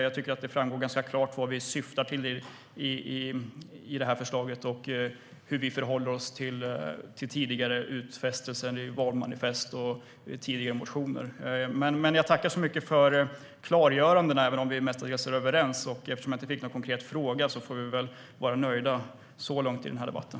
Jag tycker att det framgår ganska klart vad vi syftar till med det här förslaget och hur vi förhåller oss till tidigare utfästelser i valmanifest och tidigare motioner. Jag tackar så mycket för klargörandena även om vi mestadels är överens. Eftersom jag inte fick någon konkret fråga får vi väl vara nöjda så långt i den här debatten.